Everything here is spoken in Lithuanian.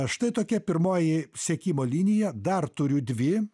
štai tokia pirmoji sekimo linija dar turiu dvi